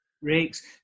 rakes